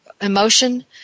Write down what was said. emotion